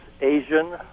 Asian